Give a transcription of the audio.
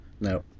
no